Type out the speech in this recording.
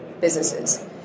businesses